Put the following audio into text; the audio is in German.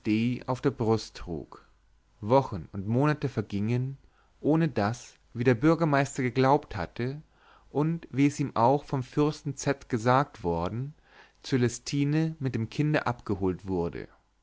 auf der brust trug wochen und monate vergingen ohne daß wie der bürgermeister geglaubt hatte und wie es ihm auch vom fürsten z gesagt worden cölestine mit dem kinde abgeholt wurde